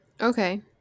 Okay